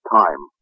time